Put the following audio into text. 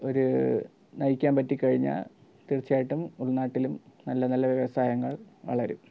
ഒരു നയിക്കാൻ പറ്റിക്കഴിഞ്ഞാൽ തീർച്ചയായിട്ടും ഉൾ നാട്ടിലും നല്ല നല്ല വ്യവസായങ്ങൾ വളരും